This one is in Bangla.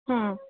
হুম